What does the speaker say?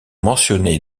mentionnés